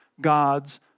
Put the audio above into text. God's